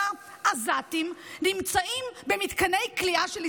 עזתים נמצאים במתקני כליאה של ישראל.